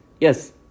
yes